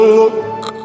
look